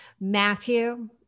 Matthew